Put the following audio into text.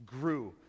grew